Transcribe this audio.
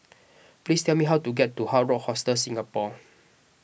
please tell me how to get to Hard Rock Hostel Singapore